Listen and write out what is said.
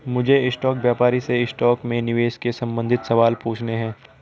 मुझे स्टॉक व्यापारी से स्टॉक में निवेश के संबंधित सवाल पूछने है